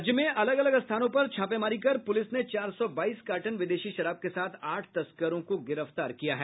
राज्य में अलग अलग स्थानों पर छापेमारी कर पुलिस ने चार सौ बाईस कार्टन विदेशी शराब के साथ आठ तस्करों को गिरफ्तार किया है